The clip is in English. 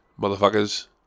motherfuckers